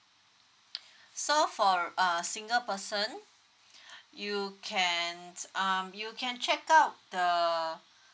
so for uh single person you can um you can check out the